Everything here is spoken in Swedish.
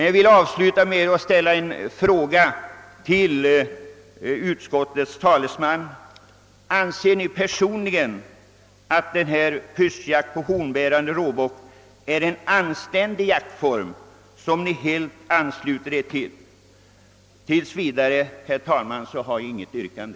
Jag vill avsluta med att ställa en fråga till utskottets talesman: Anser ni personligen att pyrschjakt på hornbärande råbock är en anständig jaktform, som ni helt ansluter er till? Tills vidare, herr talman, har jag inget yrkande.